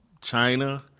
China